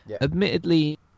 Admittedly